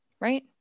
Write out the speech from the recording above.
right